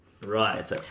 Right